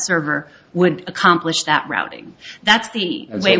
server would accomplish that routing that's the way